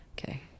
okay